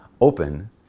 open